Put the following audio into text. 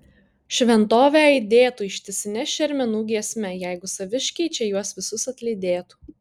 šventovė aidėtų ištisine šermenų giesme jeigu saviškiai čia juos visus atlydėtų